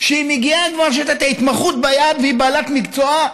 שיש לה התמחות ביד והיא בעלת מקצוע,